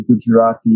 Gujarati